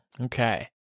Okay